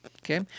Okay